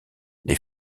les